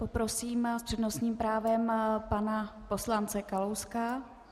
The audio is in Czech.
Poprosím s přednostním právem pana poslance Kalouska.